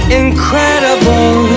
incredible